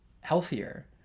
healthier